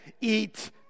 eat